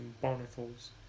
barnacles